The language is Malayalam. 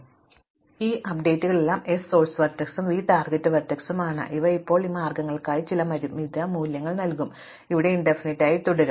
അതിനാൽ ഈ അപ്ഡേറ്റുകളെല്ലാം s സോഴ്സ് വെർട്ടെക്സും v ടാർഗെറ്റ് വെർട്ടെക്സും ആണ് ഇവ ഇപ്പോൾ ഈ മാർഗ്ഗങ്ങൾക്കായി ചില പരിമിത മൂല്യങ്ങൾ നൽകും ഇവിടെ ഇവ അനന്തമായി തുടരും